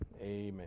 amen